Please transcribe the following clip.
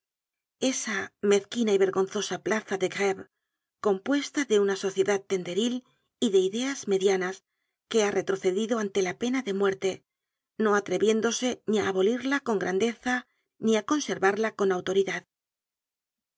esa mezquina y vergonzosa plaza de greve compuesta de una sociedad tenderil y de ideas medianas que ha retrocedido ante la pena de muerte no atreviéndose ni á aboliría con grandeza ni á conservarla con autoridad